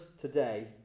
today